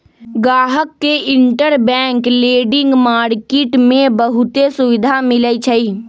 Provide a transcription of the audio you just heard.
गाहक के interbank lending market में बहुते सुविधा मिलई छई